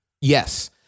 Yes